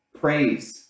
Praise